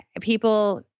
People